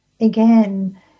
again